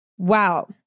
Wow